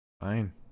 fine